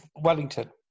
Wellington